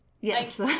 Yes